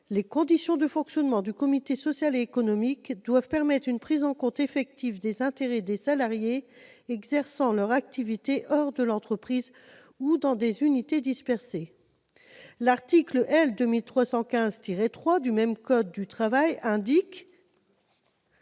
Les conditions de fonctionnement du comité social et économique doivent permettre une prise en compte effective des intérêts des salariés exerçant leur activité hors de l'entreprise ou dans des unités dispersées. » Par ailleurs, aux termes de l'article